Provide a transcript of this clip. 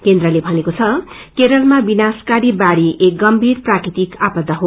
केन्द्रले भनेको छ केरलमा विनाशकरी बाढ़ी एक गम्भीर प्राकृतिक आपदा हो